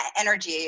energy